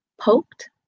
poked